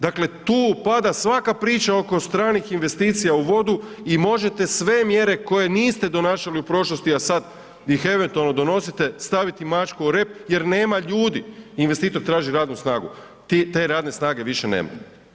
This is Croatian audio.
Dakle, tu pada svaka priča oko stranih investicija u vodu i možete sve mjere koje niste donašali u prošlosti, a sad ih eventualno donosite, staviti mačku o rep jer nema ljudi, investitor traži radnu snagu, te radne snage više nema.